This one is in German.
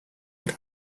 mit